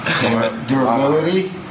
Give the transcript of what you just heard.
durability